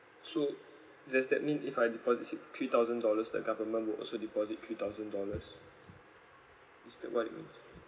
so does that mean if I deposit six three thousand dollars the government will also deposit three thousand dollars is that what it means